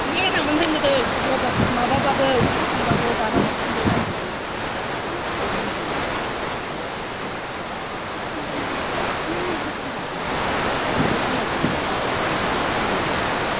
सिनदेल गानामोन जोङो गोदो क'क्राझार माबाबाबो स्कुलआव थांबाबो दानासो सिन्देल गानजोबो थाबायनानै थाङोमोन जोङो सिन्देल गैया फैथा गैया लासिं सिं होनोमोन सोरबा सासेसो गानबाबो ह सेन्देल गानलायदों उमुखआ होनोमोन गोदो